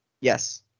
Yes